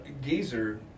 Geezer